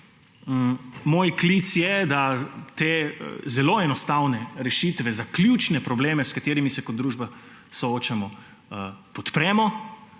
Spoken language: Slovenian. Moj klic je, da te zelo enostavne rešitve za ključne probleme, s katerimi se kot družba soočamo, podpremo,